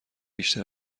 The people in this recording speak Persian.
بیشتر